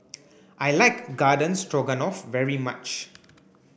I like Garden Stroganoff very much